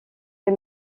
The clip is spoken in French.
des